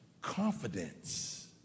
confidence